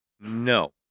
No